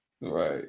Right